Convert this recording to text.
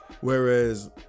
Whereas